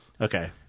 Okay